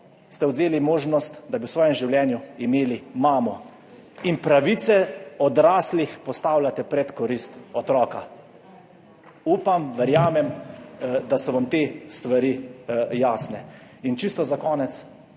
ste odvzeli možnost, da bi v svojem življenju imeli mamo. In pravice odraslih postavljate pred korist otroka. Upam, verjamem, da so vam te stvari jasne. In čisto za konec,